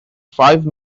five